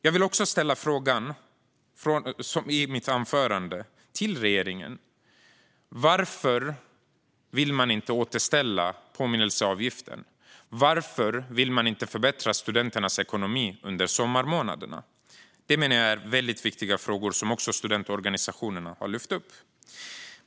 Jag vill också i mitt anförande fråga regeringen: Varför vill man inte återställa påminnelseavgiften? Varför vill man inte förbättra studenternas ekonomi under sommarmånaderna? Detta är, menar jag, väldigt viktiga frågor, som också studentorganisationerna har lyft upp.